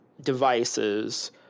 devices